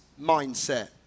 mindset